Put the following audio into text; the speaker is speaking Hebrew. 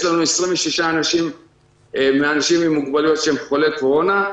יש לנו 26 אנשים עם מוגבלויות שהם חולי קורונה,